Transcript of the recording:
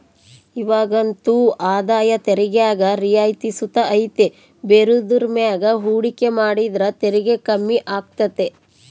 ಇವಾಗಂತೂ ಆದಾಯ ತೆರಿಗ್ಯಾಗ ರಿಯಾಯಿತಿ ಸುತ ಐತೆ ಬೇರೆದುರ್ ಮ್ಯಾಗ ಹೂಡಿಕೆ ಮಾಡಿದ್ರ ತೆರಿಗೆ ಕಮ್ಮಿ ಆಗ್ತತೆ